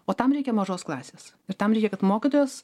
o tam reikia mažos klasės ir tam reikia kad mokytojas